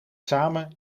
samen